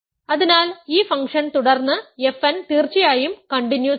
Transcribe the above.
അതിനാൽ ഈ ഫംഗ്ഷൻ തുടർന്ന് fn തീർച്ചയായും കണ്ടിന്യൂസ് ആണ്